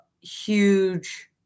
huge